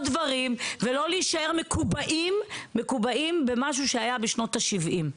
דברים ולא להישאר מקובעים במשהו שהיה בשנות ה-70.